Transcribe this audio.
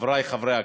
חברי חברי הכנסת,